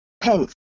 pence